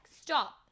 stop